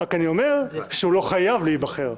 רק אני אומר שהוא לא חייב להיבחר.